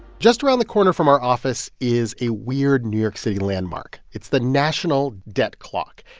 just around the corner from our office is a weird new york city landmark. it's the national debt clock.